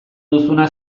duzuna